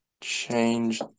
Change